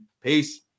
Peace